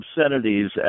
obscenities